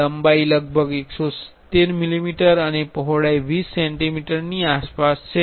લંબાઈ લગભગ 170 મીલીમીટર અને પહોળાઈ 20 સેન્ટિમીટરની આસપાસ છે